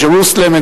Jerusalem,